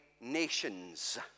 nations